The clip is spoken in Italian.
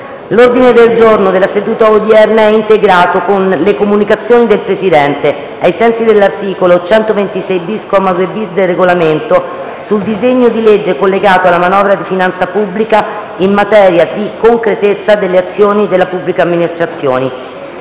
L’ordine del giorno della seduta odierna è integrato con le comunicazioni del Presidente, ai sensi dell’articolo 126-bis, comma 2-bis, del Regolamento, sul disegno di legge collegato alla manovra di finanza pubblica in materia di concretezza delle azioni delle pubbliche amministrazioni.